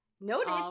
Noted